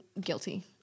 guilty